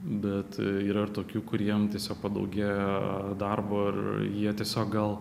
bet yra ir tokių kuriem tiesiog padaugėja darbo ar jie tiesiog gal